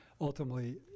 Ultimately